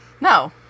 No